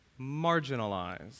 marginalized